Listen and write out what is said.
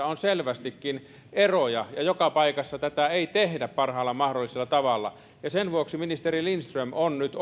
on selvästikin eroja ja joka paikassa tätä ei tehdä parhaalla mahdollisella tavalla sen vuoksi ministeri lindström on nyt